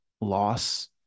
loss